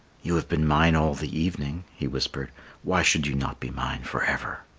you have been mine all the evening, he whispered why should you not be mine for ever?